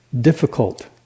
Difficult